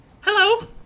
Hello